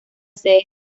sede